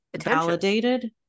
validated